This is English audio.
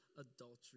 adultery